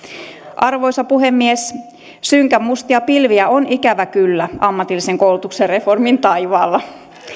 arvoisa puhemies synkän mustia pilviä on ikävä kyllä ammatillisen koulutuksen reformin taivaalla